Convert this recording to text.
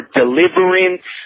deliverance